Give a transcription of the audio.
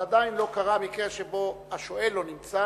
אבל עדיין לא קרה מקרה שבו השואל לא נמצא.